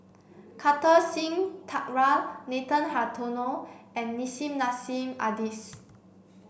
Kartar Singh Thakral Nathan Hartono and Nissim Nassim Adis